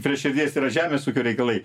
prie širdies yra žemės ūkio reikalai